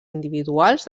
individuals